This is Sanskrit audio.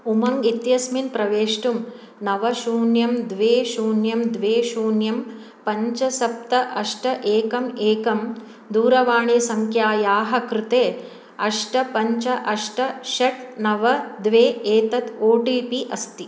उमङ्ग् इत्यस्मिन् प्रवेष्टुं नव शून्यं द्वे शून्यं द्वे शून्यं पञ्च सप्त अष्ट एकम् एकं दूरवाणीसङ्ख्यायाः कृते अष्ट पञ्च अष्ट षट् नव द्वे एतत् ओ टि पि अस्ति